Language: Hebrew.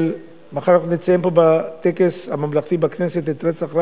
ומחר אנחנו נציין פה בטקס הממלכתי בכנסת את רצח רבין,